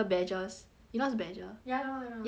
you know what is badger ya I know I know ya then after that